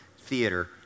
Theater